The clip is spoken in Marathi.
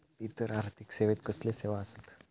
इतर आर्थिक सेवेत कसले सेवा आसत?